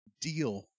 deal